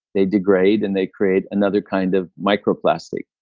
they degrade and they create another kind of microplastic.